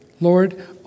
Lord